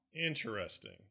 interesting